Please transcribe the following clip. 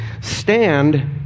stand